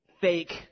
fake